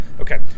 okay